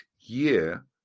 year